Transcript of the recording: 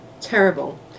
terrible